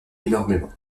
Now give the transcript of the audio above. énormément